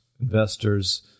investors